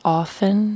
often